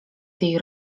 tej